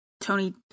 Tony